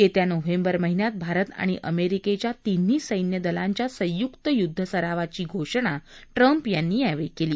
येत्या नोव्हेंबर महिन्यात भारत आणि अमेरिकेच्या तिन्ही सैन्य दलांच्या संयुक्त युद्ध सरावाची घोषणा ट्रम्प यांनी यावेळी केली